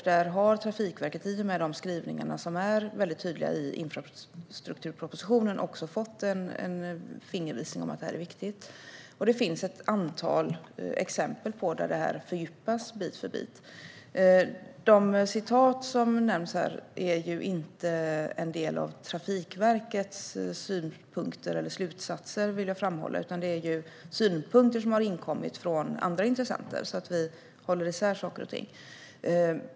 Där har Trafikverket, i och med de skrivningar som är mycket tydliga i infrastrukturpropositionen, fått en fingervisning om att detta är viktigt. Det finns ett antal exempel där detta fördjupas bit för bit. Jag vill framhålla, för att vi ska hålla isär saker och ting, att de citat som nämns här inte är en del av Trafikverkets synpunkter eller slutsatser, utan det är synpunkter som har inkommit från andra intressenter.